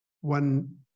one